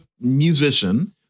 musician